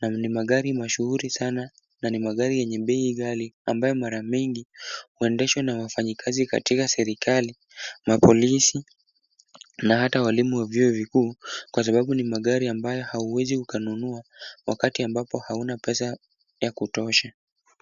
na ni magari mashuhuri sana na ni magari yenye bei ghali ambayo mara mingi huendeshwa na wafanyikazi katika serikali, mapolisi na hata walimu wa vyuo vikuu kwa sababu ni magari ambayo hauwezi ukanunua wakati ambapo hauna pesa ya kutosha.